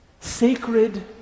sacred